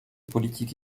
politiques